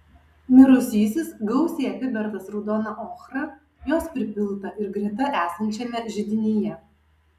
mirusysis gausiai apibertas raudona ochra jos pripilta ir greta esančiame židinyje